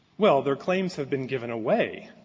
well, their claims have been given away,